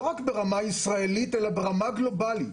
לא רק ברמה הישראלית אלא ברמה הגלובלית.